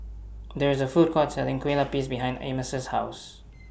There IS A Food Court Selling Kue Lupis behind Amos' House